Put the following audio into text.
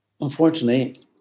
unfortunately